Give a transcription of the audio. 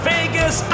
Vegas